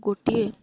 ଗୋଟିଏ